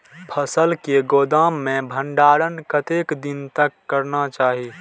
फसल के गोदाम में भंडारण कतेक दिन तक करना चाही?